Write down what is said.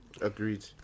Agreed